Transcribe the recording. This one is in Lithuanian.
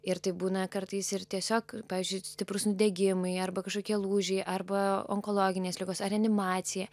ir taip būna kartais ir tiesiog pavyzdžiui stiprūs nudegimai arba kažkokie lūžiai arba onkologinės ligos ar reanimacija